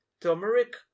turmeric